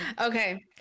okay